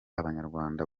abanyarwanda